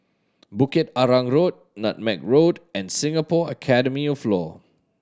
Bukit Arang Road Nutmeg Road and Singapore Academy of Law